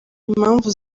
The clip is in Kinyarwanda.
impamvu